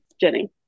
jenny